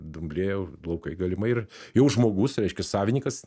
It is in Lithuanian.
dumblėja laukai galimai ir jau žmogus reiškia savinikas